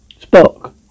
Spock